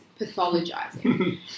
pathologizing